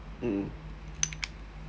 mm